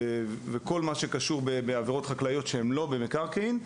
או כל עבירה חקלאית אחרת שאינה קשורה במקרקעין,